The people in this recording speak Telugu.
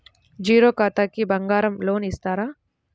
జీరో ఖాతాకి బంగారం లోన్ ఇస్తారా?